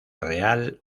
real